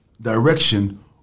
direction